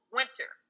winter